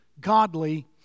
godly